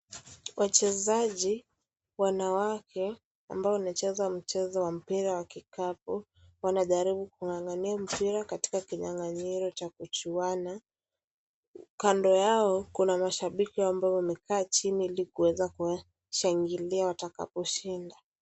Wachezaji wanawake ambao wanacheza mchezo wa mpira wa kikapu wanajaribu kungangania mpira katika kinyanganyiro cha kuchuana, kando yao kuna mashabiki ambao wamekaa chini ili kuweza kuwashangilia watakaposhinda.